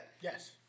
yes